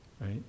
Right